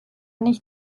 nicht